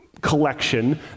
collection